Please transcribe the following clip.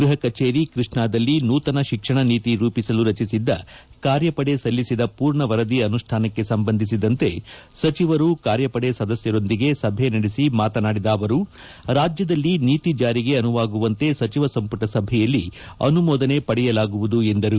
ಗೃಹ ಕಚೇರಿ ಕೃಷ್ಣಾದಲ್ಲಿ ನೂತನ ಶಿಕ್ಷಣ ನೀತಿ ರೂಪಿಸಲು ರಚಿಸಿದ್ದ ಕಾರ್ಯಪಡೆ ಸಲ್ಲಿಸಿದ ಪೂರ್ಣ ವರದಿ ಅನುಷ್ಠಾನಕ್ಕೆ ಸಂಬಂಧಿಸಿದಂತೆ ಸಚಿವರು ಕಾರ್ಯಪಡೆ ಸದಸ್ಯರೊಂದಿಗೆ ಸಭೆ ನಡೆಸಿ ಮಾತನಾಡಿದ ಅವರು ರಾಜ್ಯದಲ್ಲಿ ನೀತಿ ಜಾರಿಗೆ ಅನುವಾಗುವಂತೆ ಸಚಿವ ಸಂಪುಟ ಸಭೆಯಲ್ಲಿ ಅನುಮೋದನೆ ಪಡೆಯಲಾಗುವುದು ಎಂದರು